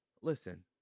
Listen